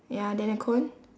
ya then the cone